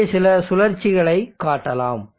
இங்கே சில சுழற்சிகளைக் காட்டலாம்